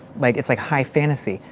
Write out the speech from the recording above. like it's like high fantasy.